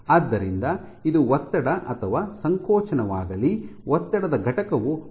ಆದ್ದರಿಂದ ಇದು ಒತ್ತಡ ಅಥವಾ ಸಂಕೋಚನವಾಗಲಿ ಒತ್ತಡದ ಘಟಕವು ಪ್ಯಾಸ್ಕಲ್ಸ್ ನಲ್ಲಿದೆ